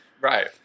Right